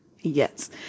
Yes